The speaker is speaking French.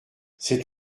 c’est